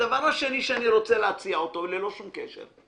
הדבר השני שאני רוצה להציע אותו, ללא שום קשר,